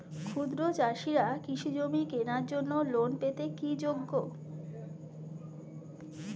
ক্ষুদ্র চাষিরা কৃষিজমি কেনার জন্য লোন পেতে কি যোগ্য?